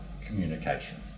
communication